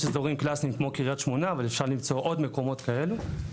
יש אזורים קלאסיים כמו קריית שמונה אבל אפשר למצוא עוד מקומות כאלו.